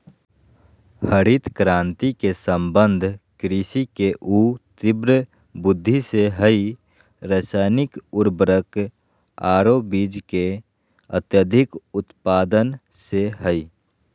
हरित क्रांति के संबंध कृषि के ऊ तिब्र वृद्धि से हई रासायनिक उर्वरक आरो बीज के अत्यधिक उत्पादन से हई